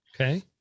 Okay